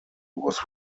was